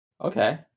okay